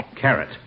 carrot